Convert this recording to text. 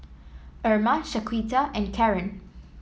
Erma Shaquita and Karren